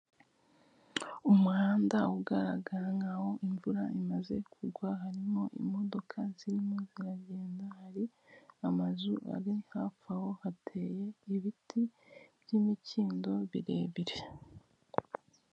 Umuhanda ugaragara nk'aho imvura imaze kugwa, harimo imodoka zirimo ziragenda, hari amazu ari hafi aho, hateye ibiti by'imikindo birebire.